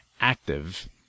active